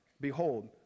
Behold